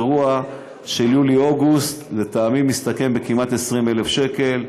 האירוע של יולי-אוגוסט לטעמי מסתכם כמעט ב-20,000 שקלים.